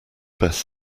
best